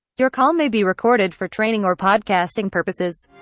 your call may be recorded for training or podcasting purposes